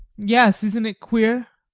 yes, isn't it queer?